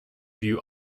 view